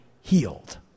healed